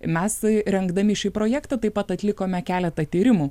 mes rengdami šį projektą taip pat atlikome keletą tyrimų